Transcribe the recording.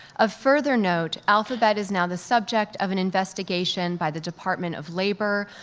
of further note, alphabet is now the subject of an investigation by the department of labor,